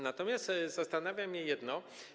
Natomiast zastanawia mnie jedno.